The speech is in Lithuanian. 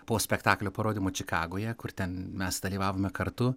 po spektaklio parodymo čikagoje kur ten mes dalyvavome kartu